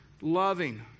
loving